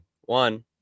One